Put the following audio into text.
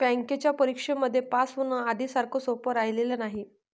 बँकेच्या परीक्षेमध्ये पास होण, आधी सारखं सोपं राहिलेलं नाही